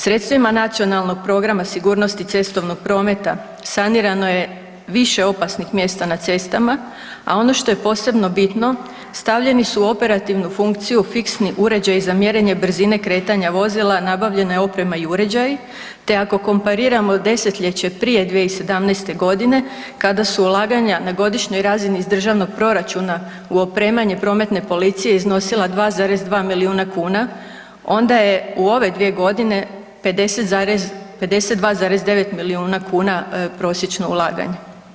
Sredstvima Nacionalnog programa sigurnosti cestovnog prometa sanirano je više opasnih mjesta na cestama, a ono što je posebno bitno stavljeni su u operativnu funkciju fiksni uređaji za mjerenje brzine kretanja vozila, nabavljena je oprema i uređaji, te ako kompariramo desetljeće prije 2017.g. kada su ulaganja na godišnjoj razini iz državnog proračuna u opremanje prometne policije iznosila 2,2 milijuna kuna onda je u ove 2.g. 52,9 milijuna kuna prosječno ulaganje.